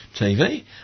TV